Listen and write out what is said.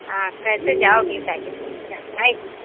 हाँ कैसे जाओगी ये बताइए